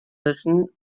müssen